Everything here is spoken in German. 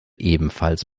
ebenfalls